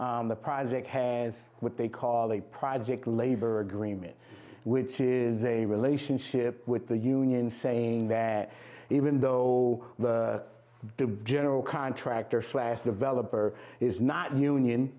on the project has what they call a project labor agreement which is a relationship with the union saying that even though the general contractor slash developer is not union